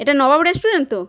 এটা নবাব রেস্টুরেন্ট তো